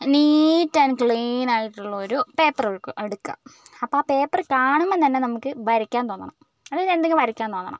NEET and clean ആയിട്ടുള്ളൊരു paper എടുക്കു എടുക്കുക അപ്പോൾ ആ പേപ്പർ കാണുമ്പം തന്നെ നമുക്ക് വരയ്ക്കാൻ തോന്നണം അതായത് എന്തെങ്കിലും വരയ്ക്കാൻ തോന്നണം